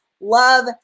love